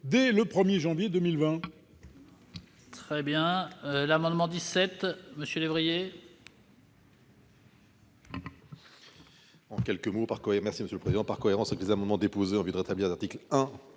dès le 1janvier 2020.